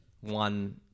One